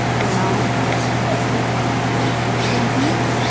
you know it's when we